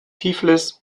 tiflis